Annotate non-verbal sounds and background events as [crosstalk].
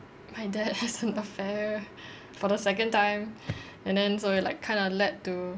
my dad has [laughs] an affair for the second time and then so it like kind of lead to